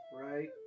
Right